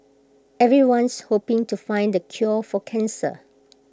everyone's hoping to find the cure for cancer